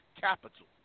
capital